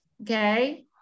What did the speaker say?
Okay